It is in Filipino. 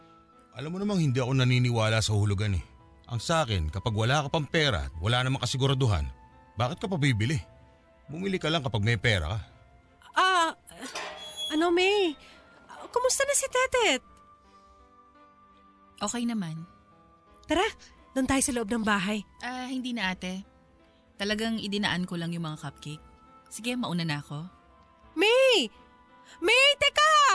Alam mo namang hindi ako naniniwala sa hulugan eh. Ang sa akin, kapag wala ka pang pera at wala namang kasiguraduhan, bakit ka pa bibili? Bumili ka lang kapag may pera ka. Ah, ano, May? Kumusta na si Tetet? Okay naman. Tara, doon tayo sa loob ng bahay. Ah, hindi na, ate. Talagang idinaan ko lang yung mga cupcake. Sige, mauna na ako. May! May, teka!